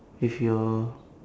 with your